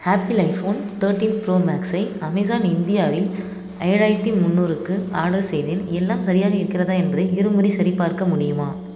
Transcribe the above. apple iPhone thirty pro மேக்ஸை Amazon இந்தியாவில் ஏழாயிரத்தி முன்னூறுக்கு ஆடர் செய்தேன் எல்லாம் சரியாக இருக்கிறதா என்பதை இருமுறை சரிபார்க்க முடியுமா